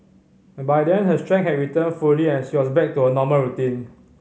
by then her strength had returned fully and she was back to her normal routine